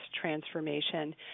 transformation